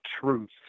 truth